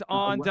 on